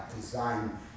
design